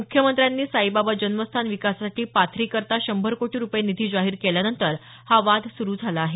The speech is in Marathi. मुख्यमंत्र्यांनी साईबाबा जन्मस्थान विकासासाठी पाथरीकरता शंभर कोटी रुपये निधी जाहीर केल्यानंतर हा वाद सुरू झाला आहे